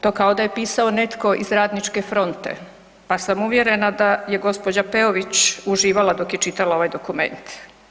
To kao da je pisao iz Radničke fronte, pa sam uvjerena da je gđa. Peović uživala dok je čitala ovaj dokument.